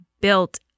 built